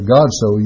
Godso